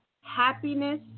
happiness